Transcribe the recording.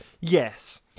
Yes